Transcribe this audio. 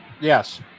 Yes